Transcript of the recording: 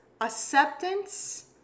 acceptance